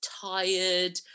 tired